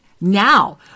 now